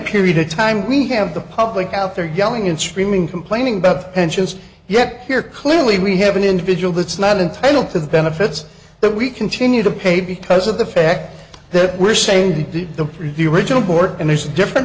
period of time we have the public out there yelling and screaming complaining about pensions yet here clearly we have an individual that's not entitled to the benefits that we continue to pay because of the fact that we're saying we did the preview original board and there's a different